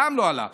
גם לא הלך,